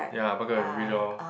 ya buck up your English orh